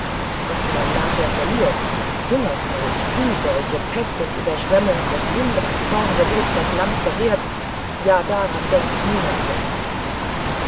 was man nachher verliert wenn hungersnot viehseuche pest und überschwemmungen auf indras zorngebot das land verheeren ja daran denkt niemand jetzt